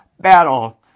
battle